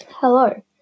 Hello